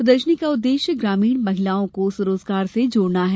प्रदर्शनी का उद्वेश्य ग्रामीण महिलाओं को स्वरोजगार से जोड़ना है